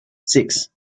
six